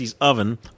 oven